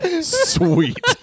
Sweet